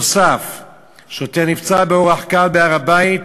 נוסף על כך, שוטר נפצע באורח קל בהר-הבית